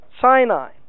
Sinai